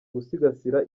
gusigasira